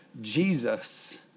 Jesus